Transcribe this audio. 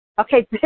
Okay